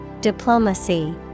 Diplomacy